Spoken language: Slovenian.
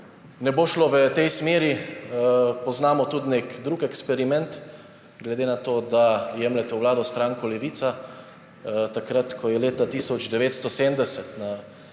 ne bo šlo v tej smeri. Poznamo tudi nek drug eksperiment, glede na to, da jemljete v vlado stranko Levica, takrat, ko je leta 1970